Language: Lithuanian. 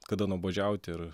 kada nuobodžiauti ir